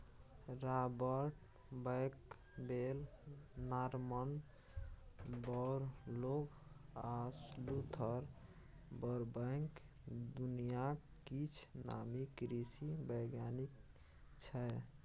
Robert Bakewell, Norman Borlaug आ Luther Burbank दुनियाक किछ नामी कृषि बैज्ञानिक छै